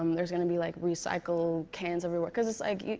um there's gonna be like recycle cans everywhere. cause it's like,